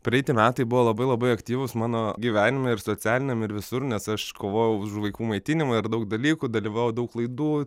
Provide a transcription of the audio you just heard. praeiti metai buvo labai labai aktyvūs mano gyvenime ir socialiniam ir visur nes aš kovojau už vaikų maitinimą ir daug dalykų dalyvavau daug laidų